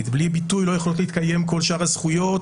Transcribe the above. כי בלי ביטוי לא יכולות להתקיים כל שאר הזכויות.